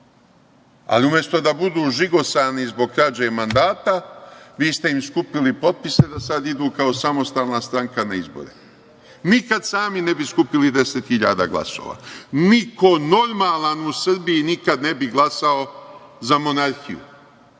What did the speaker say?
ali umesto da budu žigosani zbog krađe mandata, vi ste im skupili potpise da sad idu kao samostalna stranka na izbore. Nikad sami ne bi skupili 10 hiljada glasova. Niko normalan u Srbiji nikad ne bi glasao za monarhiju.